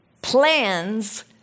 plans